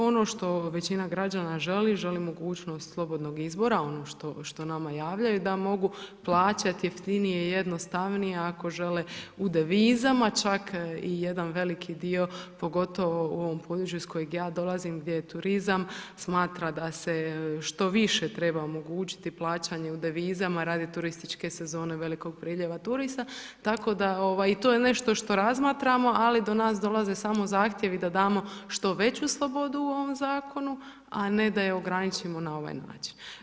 Ono što većina građana želi, želi mogućnost slobodnog izbora, ono što, što nama javljaju da mogu plaćat jeftinije, jednostavnije ako žele u devizama, čak i jedan veliki dio, pogotovo u ovom području iz kojeg ja dolazim gdje je turizam, smatra da se što više treba omogućiti plaćanje u devizama radi turističke sezone, velikog priljeva turista, tako da ovaj, i to je nešto što razmatramo, ali do nas dolaze samo zahtjevi da damo što veću slobodu u ovom zakonu, a ne da je ograničimo na ovaj način.